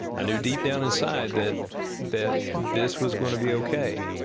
i knew deep down inside that that this was going to be okay.